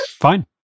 Fine